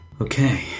okay